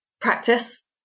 Practice